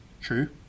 True